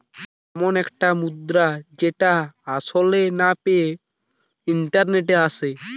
এমন একটি মুদ্রা যেটা আসলে না পেয়ে ইন্টারনেটে আসে